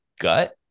gut